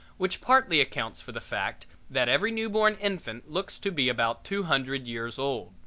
which partly accounts for the fact that every newborn infant looks to be about two hundred years old.